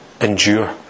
endure